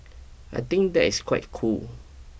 I think that is quite cool